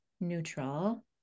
neutral